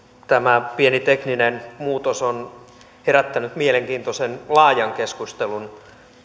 tämä pieni tekninen muutos on herättänyt mielenkiintoisen laajan keskustelun